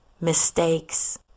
mistakes